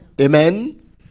Amen